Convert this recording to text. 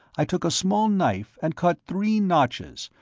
i took a small knife and cut three notches,